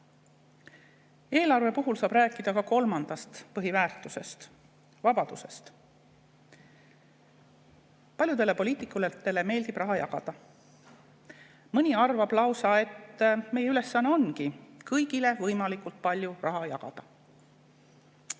kella.)Eelarve puhul saab rääkida ka kolmandast põhiväärtusest – vabadusest. Paljudele poliitikutele meeldib raha jagada. Mõni arvab lausa, et meie ülesanne ongi kõigile võimalikult palju raha jagada,